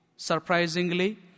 Surprisingly